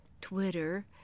Twitter